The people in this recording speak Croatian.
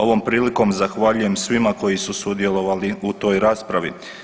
Ovom prilikom zahvaljujem svima koji su sudjelovali u toj raspravi.